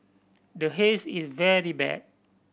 the Haze is very bad